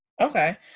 Okay